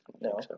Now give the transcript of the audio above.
No